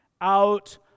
out